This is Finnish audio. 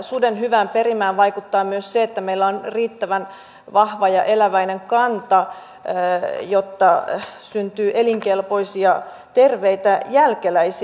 suden hyvään perimään vaikuttaa myös se että meillä on riittävän vahva ja eläväinen kanta jotta syntyy elinkelpoisia terveitä jälkeläisiä